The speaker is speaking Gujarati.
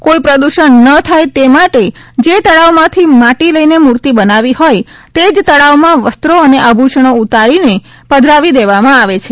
કોઈ પ્રદૂષણ ન થાય તે માટે જે તળાવમાંથી માટી લઈ મૂર્તિ બનાવી હોય તે જ તળાવમાં વસ્ત્રો અને આભૂષણો ઊતારીને પધરાવી દેવામાં આવે છે